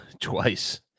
twice